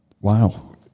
Wow